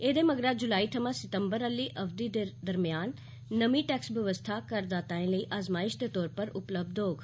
एह्दे मगरा जुलाई थमां सितम्बर आहली अवधि दे दरम्यान नमीं टैक्स बवस्था कर दाताए लेई आज़माईश दे तौर पर उपलब्य होग